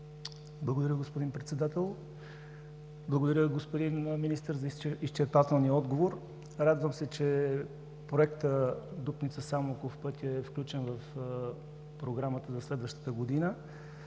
Благодаря, господин Председател. Благодаря, господин Министър, за изчерпателния отговор! Радвам се, че по Проекта „Дупница – Самоков“ пътят е включен в програмата на следващата година.